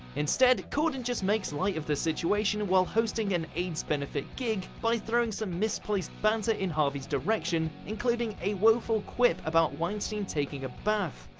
instead, corden just makes light of the situation while hosting an aids benefit gig, by throwing some misplaced banter in harvey's direction including a woeful quip about weinstein taking a bath.